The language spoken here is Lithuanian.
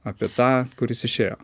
apie tą kuris išėjo